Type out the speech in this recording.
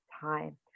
time